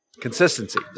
consistency